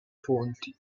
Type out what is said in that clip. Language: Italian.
fonti